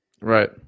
Right